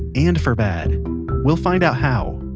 and for bad we'll find out how,